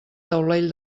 taulell